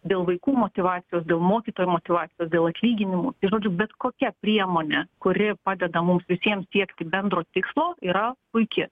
dėl vaikų motyvacijos dėl mokytojų motyvacijos dėl atlyginimų ir žodžiu bet kokia priemonė kuri padeda mums visiem siekti bendro tikslo yra puiki